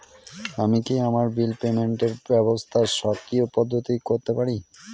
আমি কি আমার বিল পেমেন্টের ব্যবস্থা স্বকীয় পদ্ধতিতে করতে পারি?